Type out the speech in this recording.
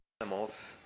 animals